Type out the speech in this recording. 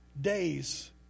days